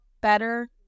better